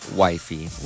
wifey